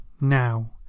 Now